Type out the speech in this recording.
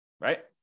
right